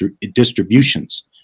distributions